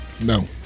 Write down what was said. No